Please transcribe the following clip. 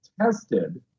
tested